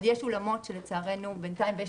אבל יש אולמות שלצערנו בינתיים ויש